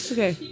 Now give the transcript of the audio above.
Okay